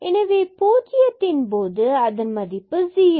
எனவே பூஜ்ஜியத்தின் போது அதன் மதிப்பு ஜீரோ